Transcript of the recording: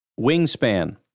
wingspan